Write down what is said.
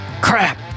Crap